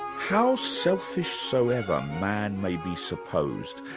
how selfish soever man may be supposed,